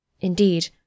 Indeed